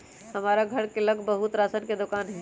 हमर घर के लग बहुते राशन के दोकान हई